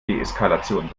deeskalation